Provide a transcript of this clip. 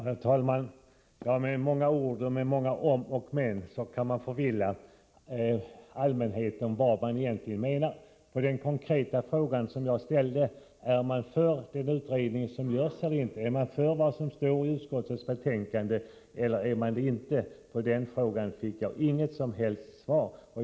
Herr talman! Med många ord och med många om och men kan man förvilla allmänheten om vad man egentligen menar. På den konkreta fråga jag ställde — är man för den utredning som föreslås eller inte, och är man för vad som står i utskottsbetänkandet eller inte — fick jag inget som helst svar.